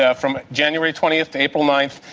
ah from january twentieth to april ninth,